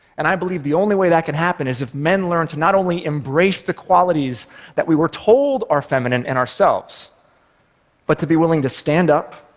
and i believe the only way that can happen is if men learn to not only embrace the qualities that we were told are feminine in ourselves but to be willing to stand up,